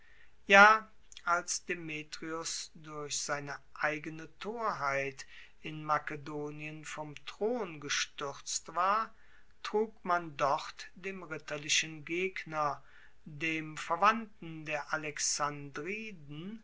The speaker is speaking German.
ja als demetrios durch seine eigene torheit in makedonien vom thron gestuerzt war trug man dort dem ritterlichen gegner dem verwandten der